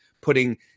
putting